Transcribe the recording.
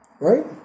right